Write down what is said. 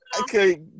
okay